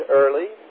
early